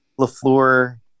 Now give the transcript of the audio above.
Lafleur